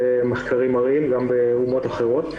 ואת זה מחקרים מראים גם באומות אחרות,